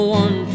one